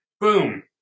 Boom